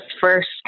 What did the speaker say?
first